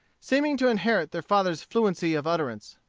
seeming to inherit their father's fluency of utterance.